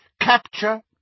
Capture